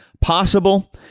possible